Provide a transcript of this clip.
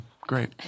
great